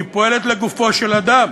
היא פועלת לגופו של אדם.